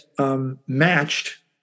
matched